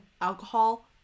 alcohol